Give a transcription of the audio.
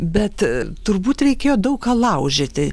bet turbūt reikėjo daug ką laužyti